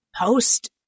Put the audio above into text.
post